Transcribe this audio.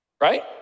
Right